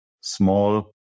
small